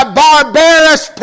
barbarous